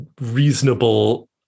reasonable